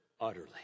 utterly